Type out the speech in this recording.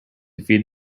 feed